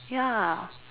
ya